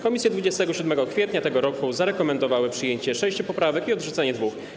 Komisje 27 kwietnia tego roku zarekomendowały przyjęcie sześciu poprawek i odrzucenie dwóch.